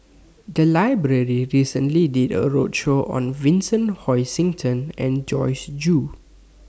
The Library recently did A roadshow on Vincent Hoisington and Joyce Jue